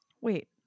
Wait